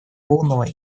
полного